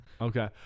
Okay